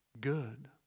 good